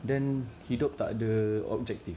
then hidup tak ada objective